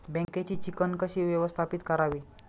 बँकेची चिकण कशी व्यवस्थापित करावी?